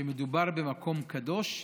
שמדובר במקום קדוש,